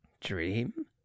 Dream